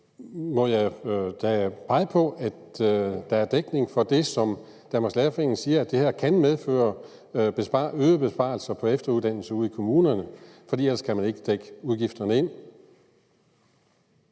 må jeg pege på, at der er dækning for det, som Danmarks Lærerforening siger det her kan medføre, nemlig øgede besparelser på efteruddannelse ude i kommunerne, for ellers kan man ikke dække udgifterne ind.